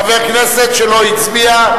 חבר כנסת שלא הצביע?